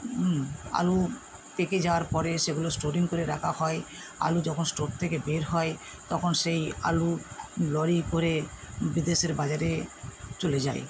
আলু পেকে যাওয়ার পরে সেগুলো স্টোরিং করে রাখা হয় আলু যখন স্টোর থেকে বের হয় তখন সেই আলু লরি করে বিদেশের বাজারে চলে যায়